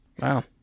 Wow